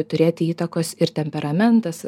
turėti įtakos ir temperamentas